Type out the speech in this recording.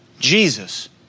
Jesus